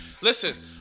Listen